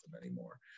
anymore